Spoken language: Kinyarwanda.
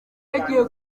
yagiye